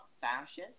fascist